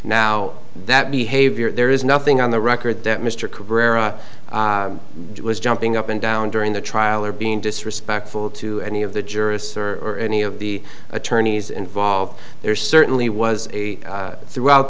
now that behavior there is nothing on the record that mr cooper was jumping up and down during the trial or being disrespectful to any of the jurists or any of the attorneys involved there certainly was a throughout